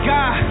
God